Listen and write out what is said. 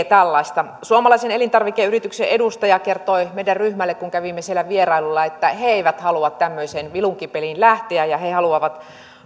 tällaista suomalaisen elintarvikeyrityksen edustaja kertoi meidän ryhmällemme kun kävimme siellä vierailulla että he eivät halua tämmöiseen vilunkipeliin lähteä ja he haluavat